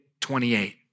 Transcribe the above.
28